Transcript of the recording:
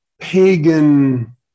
pagan